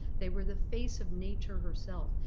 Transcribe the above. they were the face of nature herself.